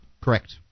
correct